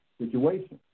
situation